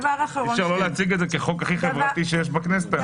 אי-אפשר לא להציג את זה כחוק הכי חברתי שיש בכנסת היום.